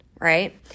Right